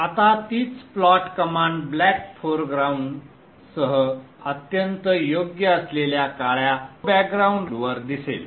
आता तीच plot command black फोरग्राऊंडासह अत्यंत योग्य असलेल्या काळ्या पांढऱ्या बॅकग्राउंडवर दिसेल